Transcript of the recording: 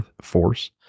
force